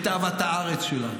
את אהבת הארץ שלנו.